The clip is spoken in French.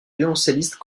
violoncelliste